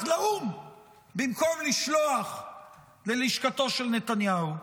לאו"ם במקום לשלוח ללשכתו של נתניהו.